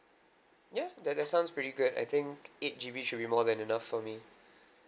ya that that sounds pretty good I think eight G_B be should be more than enough for me